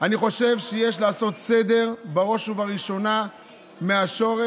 אני חושב שיש לעשות סדר בראש ובראשונה מהשורש,